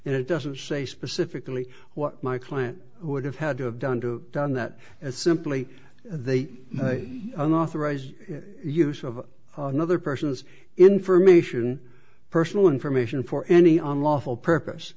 and it doesn't say specifically what my client would have had to have done to done that as simply they made an authorized use of another person's information personal information for any on lawful purpose